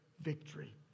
victory